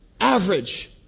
average